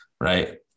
right